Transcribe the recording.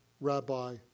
rabbi